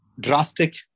drastic